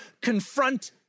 confront